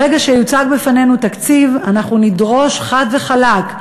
ברגע שיוצג בפנינו תקציב, אנחנו נדרוש חד וחלק,